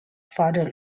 further